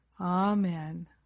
Amen